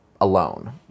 alone